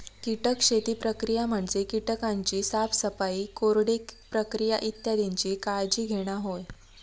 कीटक शेती प्रक्रिया म्हणजे कीटकांची साफसफाई, कोरडे प्रक्रिया इत्यादीची काळजी घेणा होय